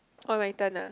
oh my turn ah